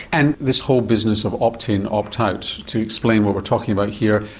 and this whole business of opt in opt out, to explain what we're talking about here,